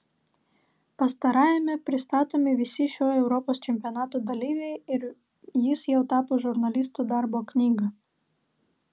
pastarajame pristatomi visi šio europos čempionato dalyviai ir jis jau tapo žurnalistų darbo knyga